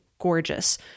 Gorgeous